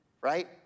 right